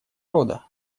рода